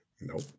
Nope